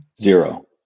Zero